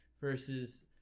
versus